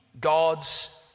God's